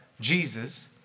Jesus